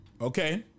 Okay